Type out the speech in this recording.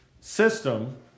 system